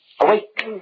Awake